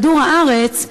בכדור-הארץ,